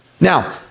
Now